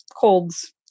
colds